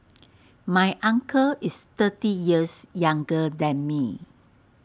my uncle is thirty years younger than me